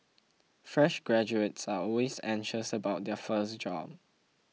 fresh graduates are always anxious about their first job